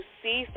see